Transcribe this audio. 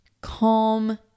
calm